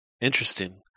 Interesting